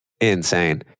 insane